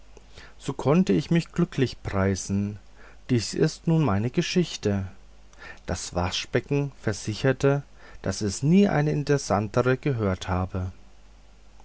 so konnte ich mich glücklich preisen dies ist nun meine geschichte das waschbecken versicherte daß es nie eine interessantere gehört habe